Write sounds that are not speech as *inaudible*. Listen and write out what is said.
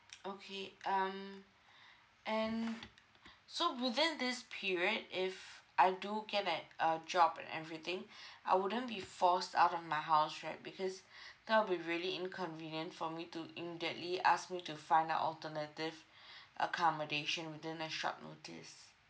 *noise* okay um and so within this period if I do get an a job and everything I wouldn't be forced out of my house right because that will be really inconvenient for me to immediately ask me to find an alternative accommodation within a short notice